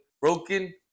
Broken